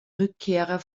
rückkehrer